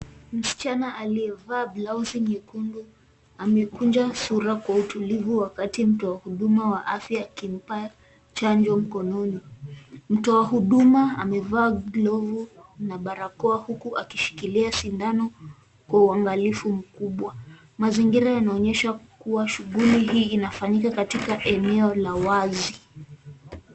Msichana aliyevaa blauzi nyekundu amekunja sura kwa utulivu wakati mtu wa huduma ya afya akimpa chanjo mkononi. Mtoa huduma amevaa glovu mkononi na barakoa huku akishikilia sindano kwa uangalifu mkubwa. Mazingira yanaonyesha kuwa shughuli hii inafanyika katika eneo la wazi.